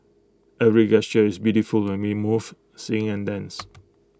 every gesture is beautiful when we move sing and dance